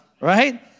right